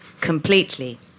Completely